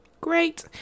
Great